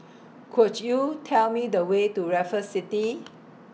Could YOU Tell Me The Way to Raffles City